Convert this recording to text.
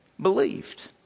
believed